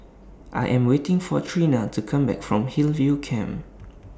I Am waiting For Trena to Come Back from Hillview Camp